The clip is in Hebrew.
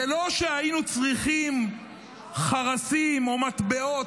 זה לא שהיינו צריכים חרסים או מטבעות